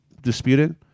disputed